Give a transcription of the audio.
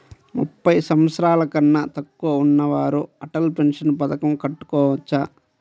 ముప్పై సంవత్సరాలకన్నా తక్కువ ఉన్నవారు అటల్ పెన్షన్ పథకం కట్టుకోవచ్చా?